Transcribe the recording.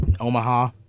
Omaha